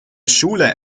schule